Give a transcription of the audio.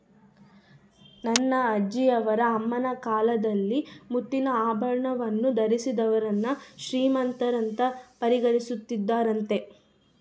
ನನ್ನ ಅಜ್ಜಿಯವರ ಅಮ್ಮನ ಕಾಲದಲ್ಲಿ ಮುತ್ತಿನ ಆಭರಣವನ್ನು ಧರಿಸಿದೋರ್ನ ಶ್ರೀಮಂತರಂತ ಪರಿಗಣಿಸುತ್ತಿದ್ದರಂತೆ